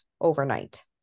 overnight